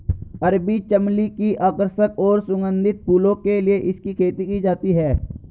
अरबी चमली की आकर्षक और सुगंधित फूलों के लिए इसकी खेती की जाती है